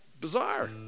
bizarre